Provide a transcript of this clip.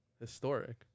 Historic